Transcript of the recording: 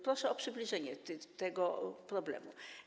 Proszę o przybliżenie tego problemu.